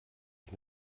ich